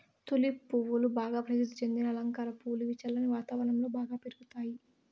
tulip పువ్వులు బాగా ప్రసిద్ది చెందిన అలంకార పువ్వులు, ఇవి చల్లని వాతావరణం లో బాగా పెరుగుతాయి